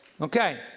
Okay